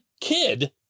kid